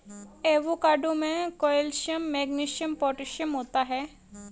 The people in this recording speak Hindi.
एवोकाडो में कैल्शियम मैग्नीशियम पोटेशियम होता है